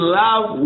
love